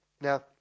Now